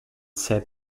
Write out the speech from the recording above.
said